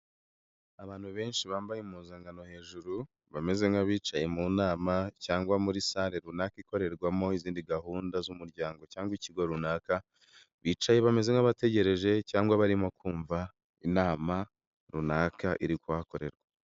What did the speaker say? Abantu benshi bambaye impuzankano hejuru, bameze nk'abicaye mu nama cyangwa muri salle runaka ikorerwamo izindi gahunda z'umuryango cyangwa ikigo runaka, bicaye bameze nk'abategereje cyangwa barimo kumva inama runaka iri kubakorerwa.